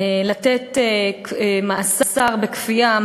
לתת מאסר בכפייה,